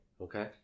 Okay